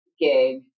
gig